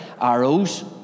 Arrows